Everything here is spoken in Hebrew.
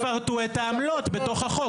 או שיפרטו את העמלות בתוך החוק,